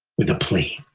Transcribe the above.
with a plea.